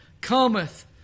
cometh